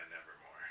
Nevermore